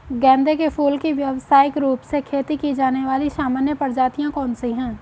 गेंदे के फूल की व्यवसायिक रूप से खेती की जाने वाली सामान्य प्रजातियां कौन सी है?